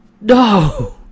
No